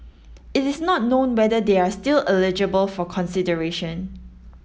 it is not known whether they are still eligible for consideration